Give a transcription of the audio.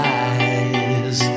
eyes